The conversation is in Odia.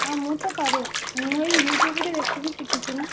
ହଁ ମୁଁ ତ କରେ ମୁଁ ଏଇ ୟୁଟ୍ୟୁବ୍ରେ ଦେଖିକି ଶିଖିଛି ମ